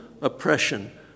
oppression